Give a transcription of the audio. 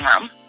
room